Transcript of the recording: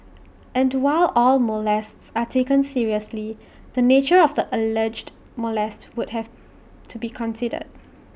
and while all molests are taken seriously the nature of the alleged molest would have to be considered